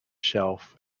shelf